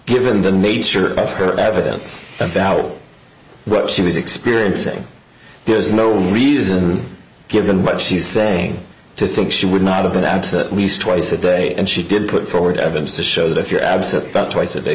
given the nature of her evidence about what she was experiencing there's no reason given but she's saying to think she would not have been absent least twice a day and she did put forward evidence to show that if you're absent about twice a day